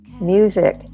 music